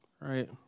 right